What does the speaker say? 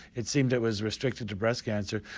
it seemed it was restricted to breast cancer,